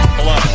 Hello